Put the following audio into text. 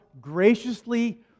graciously